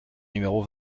numéro